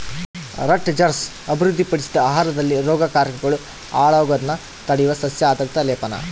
Rutgers ಅಭಿವೃದ್ಧಿಪಡಿಸಿದ ಆಹಾರದಲ್ಲಿ ರೋಗಕಾರಕಗಳು ಹಾಳಾಗೋದ್ನ ತಡೆಯುವ ಸಸ್ಯ ಆಧಾರಿತ ಲೇಪನ